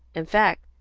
in fact,